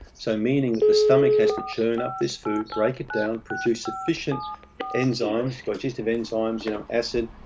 so, meaning the stomach has to churn up this food, break it down, produce sufficient enzymes, digestive enzymes. you know, acid,